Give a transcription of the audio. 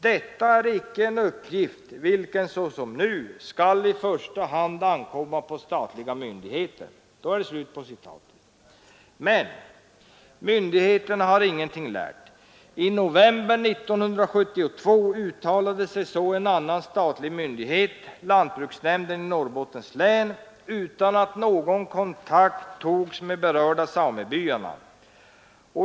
Detta är icke en uppgift vilken såsom nu skall i första hand ankomma på statliga myndigheter.” Men ”myndigheterna” har ingenting lärt. I november 1972 uttalade sig så en annan statlig myndighet, lantbruksnämnden i Norrbottens län, utan att någon kontakt togs med de berörda samebyarna.